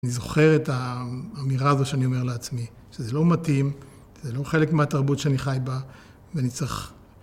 אני זוכר את האמירה הזו שאני אומר לעצמי, שזה לא מתאים, זה לא חלק מהתרבות שאני חי בה, ואני צריך...